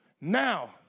Now